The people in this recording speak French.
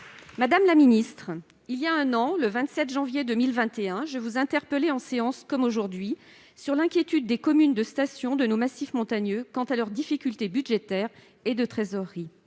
Madame la ministre, il y a un an, le 27 janvier 2021, je vous interpellais en séance- comme aujourd'hui -sur l'inquiétude des communes de station de nos massifs montagneux quant à leurs difficultés budgétaires et de trésorerie.